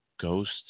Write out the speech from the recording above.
Ghost